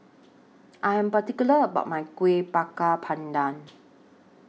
I Am particular about My Kueh Bakar Pandan